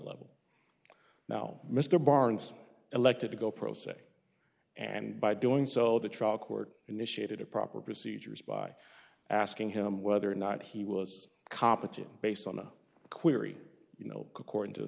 level now mr barnes elected to go pro se and by doing so the trial court initiated a proper procedures by asking him whether or not he was competent based on a query you know according to